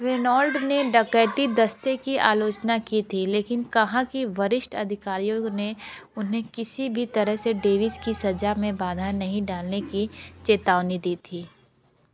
Reynold ने डकैती दस्ते की आलोचना की थी लेकिन कहा कि वरिष्ठ अधिकारियों ने उन्हें किसी भी तरह से डेविस की सजा में बाधा नहीं डालने की चेतावनी दी थी